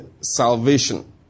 salvation